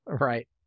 Right